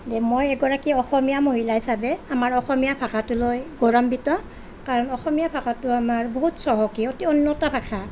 মই এগৰাকী অসমীয়া মহিলা হিচাপে আমাৰ অসমীয়া ভাষাটো লৈ গৌৰৱান্বিত কাৰণ অসমীয়া ভাষাটো আমাৰ বহুত চহকী অতি উন্নত ভাষা